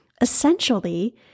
Essentially